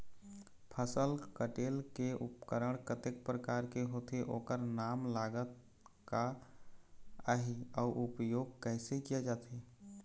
फसल कटेल के उपकरण कतेक प्रकार के होथे ओकर नाम लागत का आही अउ उपयोग कैसे किया जाथे?